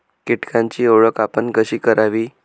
कीटकांची ओळख आपण कशी करावी?